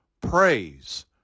praise